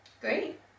great